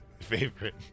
favorite